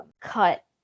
cut